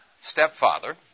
stepfather